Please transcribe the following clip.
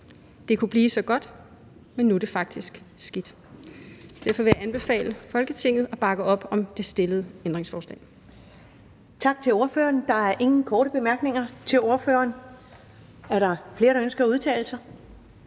»Det sku' vær' så godt og så' det faktisk skidt«. Derfor vil jeg anbefale Folketinget at bakke op om det stillede ændringsforslag.